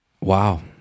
Wow